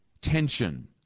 tension